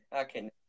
Okay